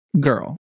Girl